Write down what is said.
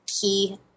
key